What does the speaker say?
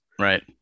Right